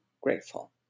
grateful